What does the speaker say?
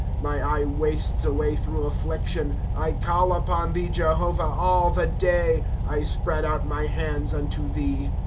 my eye wastes away through affliction, i call upon thee, jehovah, all the day i spread out my hands unto thee.